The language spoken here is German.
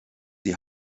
die